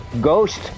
Ghost